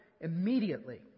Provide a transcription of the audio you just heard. immediately